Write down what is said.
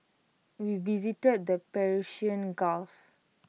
we visited the Persian gulf